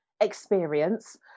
experience